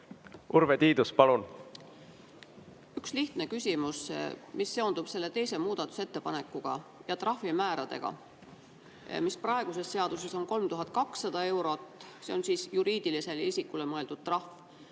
Urve Tiidus, palun! Üks lihtne küsimus, mis seondub teise muudatusettepaneku ja trahvimääradega, mis praeguses seaduses on 3200 eurot. See on siis juriidilisele isikule mõeldud trahv.